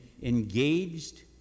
engaged